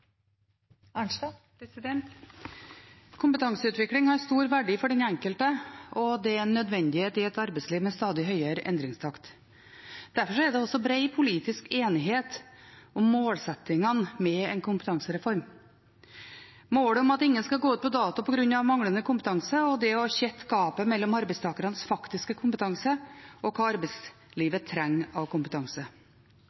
stadig høyere endringstakt. Derfor er det også bred politisk enighet om målsettingene med en kompetansereform: målet om at ingen skal gå ut på dato på grunn av manglende kompetanse, og det å tette gapet mellom arbeidstakernes faktiske kompetanse og hva